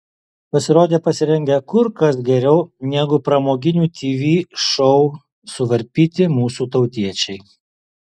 pasirodė pasirengę kur kas geriau negu pramoginių tv šou suvarpyti mūsų tautiečiai